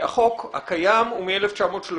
החוק הקיים הוא מ-1934.